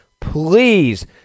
Please